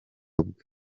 bwe